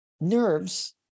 nerves